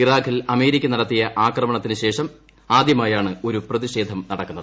ഇറാഖിൽ അമേരിക്ക നടത്തിയ ആക്രമണത്തിന് പ് ശ്രേഷം ആദ്യമായാണ് ഒരു പ്രതിഷേധം നടക്കുന്നത്